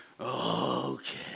Okay